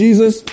Jesus